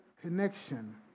connection